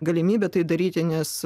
galimybė tai daryti nes